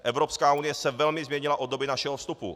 Evropská unie se velmi změnila od doby našeho vstupu.